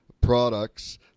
products